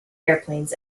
airplanes